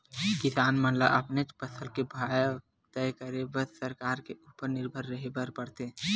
किसान मन ल अपनेच फसल के भाव तय करे बर सरकार के उपर निरभर रेहे बर परथे